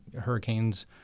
hurricanes